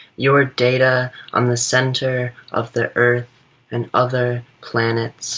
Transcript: your data on the center of the earth and other planets